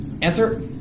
Answer